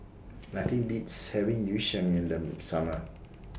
Nothing Beats having Yu Sheng in The Summer